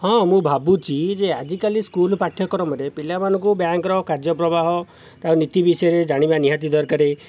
ହଁ ମୁଁ ଭାବୁଛି ଯେ ଆଜିକାଲି ସ୍କୁଲ୍ ପାଠ୍ୟକ୍ରମ୍ୟରେ ପିଲାମାନଙ୍କୁ ବ୍ୟାଙ୍କ୍ ର କାର୍ଯ୍ୟ ପ୍ରବାହ ତା ନୀତି ବିଷୟରେ ଜାଣିବା ନିହାତି ଦରକାରେ